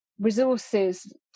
resources